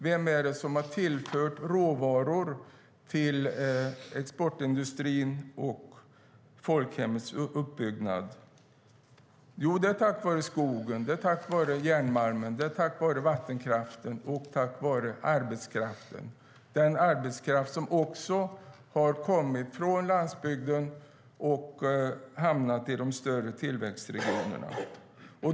Vem är det som har tillfört råvaror till exportindustrin och folkhemmets uppbyggnad? Jo, det har skett tack vare skogen, järnmalmen, vattenkraften och arbetskraften. Det är den arbetskraft som har kommit från landsbygden och hamnat i de större tillväxtregionerna.